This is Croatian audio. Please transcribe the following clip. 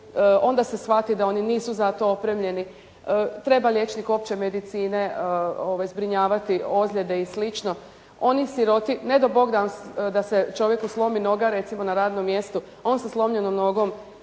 Onda se shvati da oni nisu za to opremljeni. Treba liječnik opće medicine zbrinjavati ozljede i slično. Oni siroti, ne dao Bog da se čovjeku slomi noga, recimo na radnom mjestu, on sa slomljenom nogom